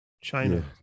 China